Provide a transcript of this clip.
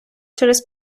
через